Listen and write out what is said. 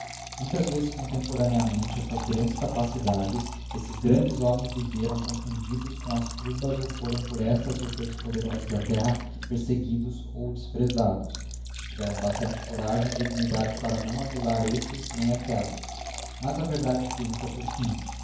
muitas vezes contemporaneamente essas grandes capacidades esses grandes homens viveram confundidos com as turbas ou foram por estas ou pelos poderosos da terra perseguidos ou desprezados se tiveram bastante coragem e dignidade para não aduhu estes nem aquellas mas a verdade triumpha por fim